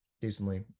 decently